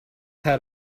had